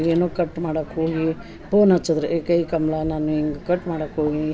ಏನೊ ಕಟ್ ಮಾಡಕೆ ಹೋಗಿ ಪೋನ್ ಹಚ್ಚದ್ರ ಏ ಕೈ ಕಮ್ಳ ನಾನು ಹಿಂಗ್ ಕಟ್ ಮಾಡೋಕೆ ಹೋಗಿ